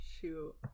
shoot